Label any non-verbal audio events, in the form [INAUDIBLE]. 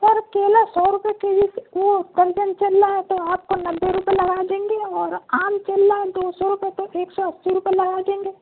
سر کیلا سو روپئے کے جی وہ [UNINTELLIGIBLE] چل رہا ہے تو آپ کو نوے روپئے لگا دیں گے اور آم چل رہا ہے دو سو روپئے تو ایک سو اسی روپئے لگا دیں گے